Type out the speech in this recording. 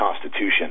Constitution